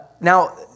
Now